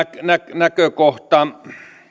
näkökohta